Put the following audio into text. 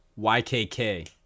ykk